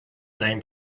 name